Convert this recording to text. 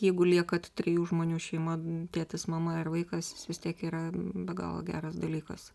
jeigu liekat trijų žmonių šeima tėtis mama ar vaikas jis vis tiek yra be galo geras dalykas